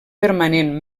permanent